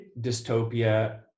dystopia